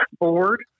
board